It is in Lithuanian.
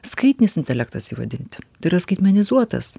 skaitinis intelektas jį vadinti tai yra skaitmenizuotas